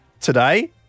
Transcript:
today